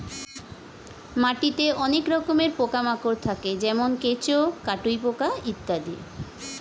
মাটিতে অনেক রকমের পোকা মাকড় থাকে যেমন কেঁচো, কাটুই পোকা ইত্যাদি